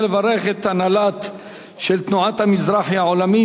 לברך את הנהלת תנועת המזרחי העולמית,